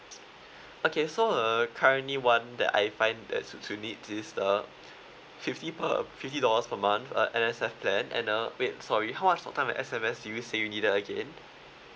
okay so uh currently one that I find that suits your needs is uh fifty per fifty dollars per month uh N_S_S plan and uh wait sorry how much talk time and S_M_S did you say you needed again